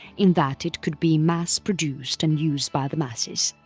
in that it could be mass produced and used by the masses.